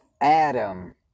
Adam